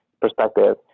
perspective